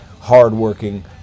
hardworking